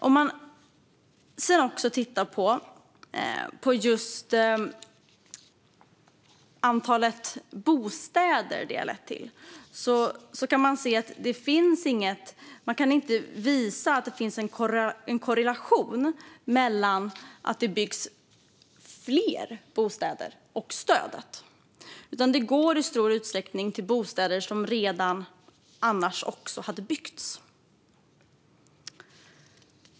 Om man tittar på antalet bostäder som det har lett till kan man inte se någon korrelation mellan stödet och att det byggs fler bostäder. Utan det går i stor utsträckning till bostäder som annars ändå hade byggts.